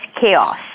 chaos